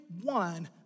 one